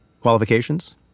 qualifications